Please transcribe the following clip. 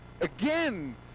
again